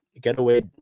getaway